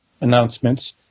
announcements